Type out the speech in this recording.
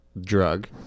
drug